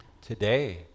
today